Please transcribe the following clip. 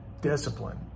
discipline